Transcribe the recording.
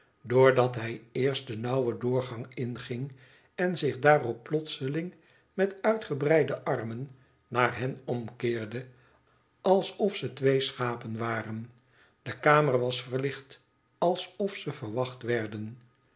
doordat hij eerst den nauwen doorgang inging en zich daarop plotseling met uitgebreide armen naar hen omkeerde alsof ze twee schapen waren de kamer was verlicht alsof ze verwacht werden